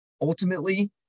Ultimately